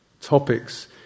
topics